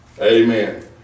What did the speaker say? amen